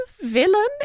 villain